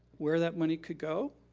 where that money could go,